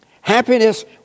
Happiness